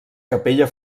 capella